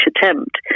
attempt